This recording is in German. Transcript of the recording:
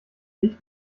nicht